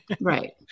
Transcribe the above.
Right